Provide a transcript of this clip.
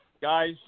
Guys